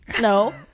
No